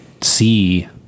see